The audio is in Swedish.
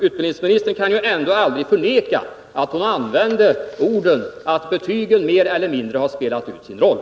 Utbildningsministern kan ju ändå aldrig förneka att hon använde orden ”att betygen mer eller mindre har spelat ut sin roll”.